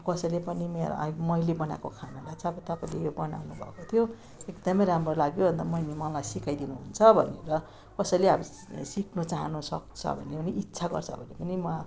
कसैले पनि अब मैले बनाएको खानालाई चाहिँ अब तपाईँले यो बनाउनु भएको थियो एकदमै राम्रो लाग्यो अन्त मैले मलाई सिकाइ दिनुहुन्छ भनेर कसैले अब सिक्नु चाहनु सक्छ भन्ने अब इच्छा गर्छ भने पनि म